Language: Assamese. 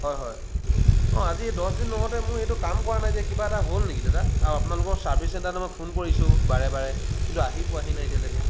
হয় হয় অঁ আজি দহদিন নহওঁতেই মোৰ এইটো কাম কৰা নাই যে কিবা এটা হ'ল নেকি দাদা আৰু আপোনালোক চাৰ্ভিছ চেণ্টাৰলৈ মই ফোন কৰিছোঁ বাৰে বাৰে কিন্তু আহি পোৱাহি নাই এতিয়ালৈকে